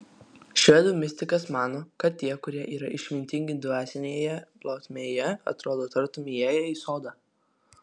švedų mistikas mano kad tie kurie yra išmintingi dvasinėje plotmėje atrodo tartum įėję į sodą